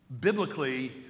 biblically